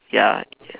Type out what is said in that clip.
ya